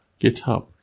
GitHub